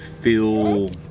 Feel